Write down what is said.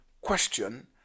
question